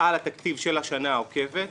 על התקציב של השנה העוקבת,